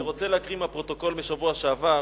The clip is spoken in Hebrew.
אני רוצה לקרוא מהפרוטוקול מהשבוע שעבר: